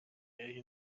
iriho